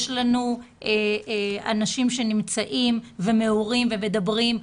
יש לנו אנשים שנמצאים ומעורים ומדברים.